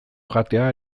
jatea